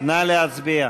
אין עוד הסתייגויות